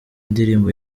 indirimbo